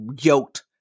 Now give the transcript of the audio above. yoked